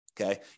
Okay